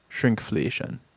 shrinkflation